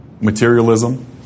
materialism